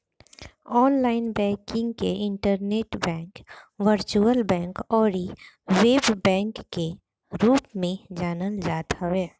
online banking के internet bank, virtual bank अउरी web bank के रूप में जानल जात हवे